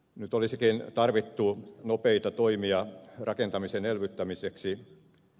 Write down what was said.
nyt olisikin tarvittu nopeita toimia rakentamisen elvyttämiseksi